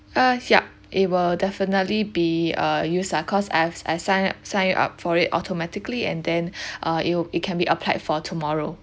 uh yup it will definitely be uh use ah cause I've I sign up sign it up for it automatically and then uh it will it can be applied for tomorrow